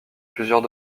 plusieurs